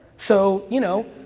so, you know,